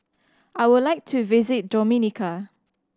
I would like to visit Dominica